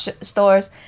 stores